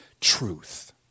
truth